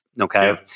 okay